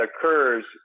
occurs